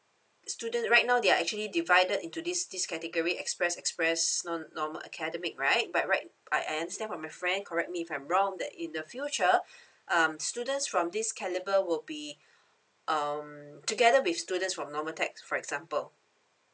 student right now they are actually divided into this this category express express non normal academic right by right our end message from my friend correct me if I'm wrong that in the future um students from this calibre will be um together with students from normal tag for example